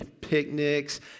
picnics